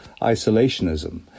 isolationism